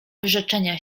wyrzeczenia